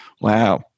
wow